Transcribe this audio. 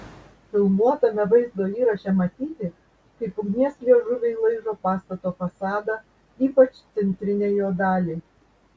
filmuotame vaizdo įraše matyti kaip ugnies liežuviai laižo pastato fasadą ypač centrinę jo dalį